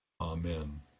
Amen